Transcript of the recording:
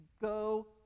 go